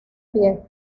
pie